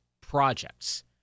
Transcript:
projects